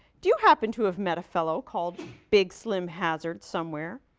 do you happen to have met a fellow called big slim hazard somewhere?